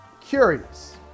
curious